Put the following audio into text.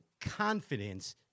confidence